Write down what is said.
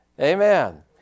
Amen